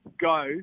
go